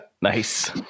Nice